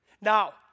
Now